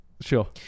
Sure